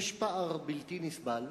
יש פער בלתי נסבל,